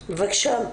בבקשה.